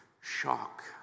shock